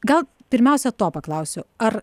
gal pirmiausia to paklausiu ar